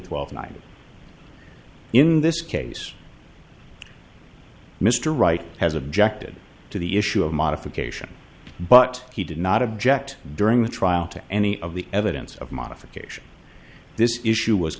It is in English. twelve ninety in this case mr wright has objected to the issue of modification but he did not object during the trial to any of the evidence of modification this issue was